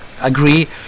agree